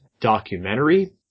documentary